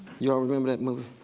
you all remember that movie?